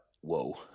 whoa